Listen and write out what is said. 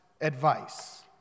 advice